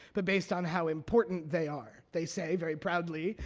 but based on how important they are, they say very proudly.